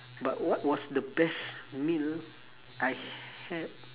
but what was the best meal I had